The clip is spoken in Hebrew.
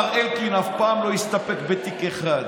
מר אלקין אף פעם לא הסתפק בתיק אחד,